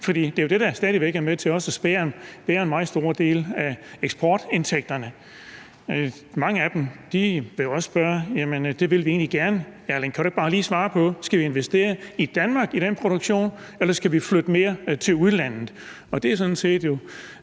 For det er jo det, der stadig væk også er med til at bære en meget stor del af eksportindtægterne. Mange af dem vil jo også sige, at jamen det vil vi egentlig gerne, Erling, men kan du ikke bare lige svare på, om vi skal investere i Danmark i den produktion, eller skal vi flytte mere til udlandet? Det er sådan set